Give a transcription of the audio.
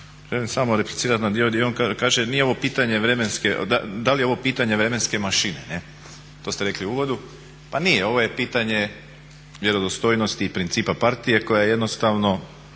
ovo pitanje vremenske, da li je ovo pitanje vremenske mašine ne', to ste rekli u uvodu. Pa nije, ovo je pitanje vjerodostojnosti i principa partije koja jednostavno